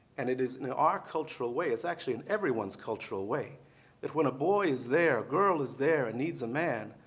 and it is in our cultural way it's actually in everyone's cultural way that when a boy is there, a girl is there and needs a man,